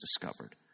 discovered